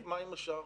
מה עם השאר?